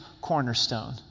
cornerstone